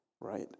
right